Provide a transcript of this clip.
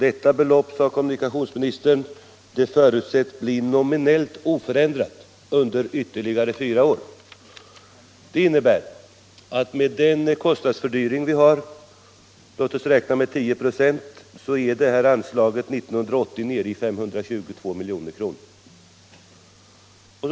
Detta belopp, sade kommunikationsministern, förutsätts bli nominellt oförändrat under ytterligare fyra år. Det innebär att med den kostnadsfördyring som vi har — låt oss räkna med 10 96 — är det här anslaget år 1980 nere i 522 milj.kr. och därmed minskas byggmöjligheten.